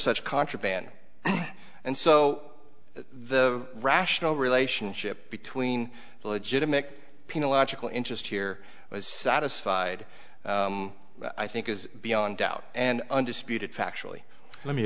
such contraband and so the rational relationship between the legitimate pina logical interest here was satisfied i think is beyond doubt and undisputed factually let me